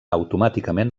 automàticament